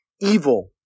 evil